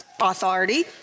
authority